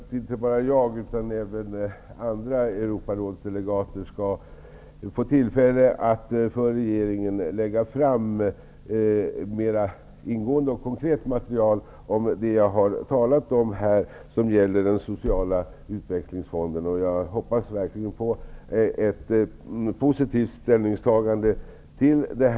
Herr talman! Jag räknar med att inte bara jag utan även andra europarådsdelegater skall få tillfälle att för regeringen lägga fram mer ingående och konkret material om den sociala utvecklingsfonden. Jag hoppas verkligen på ett positivt ställningstagande till detta.